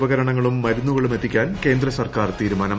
ഉപകരണങ്ങളൂപ്പ് ്മർുന്നുകളും എത്തിക്കാൻ കേന്ദ്ര സർക്കാർ ത്രീരുമാനം